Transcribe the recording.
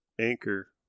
anchor